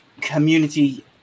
community